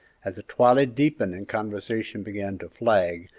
as the twilight deepened and conversation began to flag,